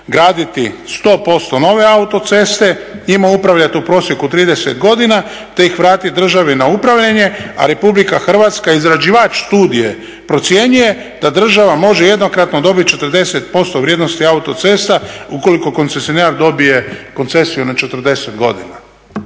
graditi 100% nove autoceste i njima upravljati u prosjeku 30 godina te ih vratiti državi na upravljanje, a RH izrađivač studije procjenjuje da država može jednokratno dobiti 40% vrijednosti autocesta ukoliko koncesionar dobije koncesiju na 40 godina.